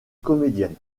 comédienne